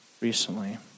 recently